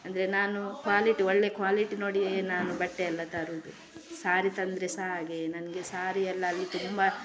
ಅಂದರೆ ನಾನು ಕ್ವಾಲಿಟಿ ಒಳ್ಳೆ ಕ್ವಾಲಿಟಿ ನೋಡಿಯೇ ನಾನು ಬಟ್ಟೆಯೆಲ್ಲ ತರೋದು ಸಾರಿ ತಂದರೆ ಸಹ ಹಾಗೆಯೇ ನನಗೆ ಸಾರಿ ಎಲ್ಲ ಅಲ್ಲಿ ತುಂಬ